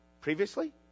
previously